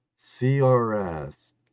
CRS